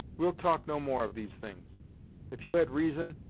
we'll talk no more of these things if you had reason,